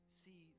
see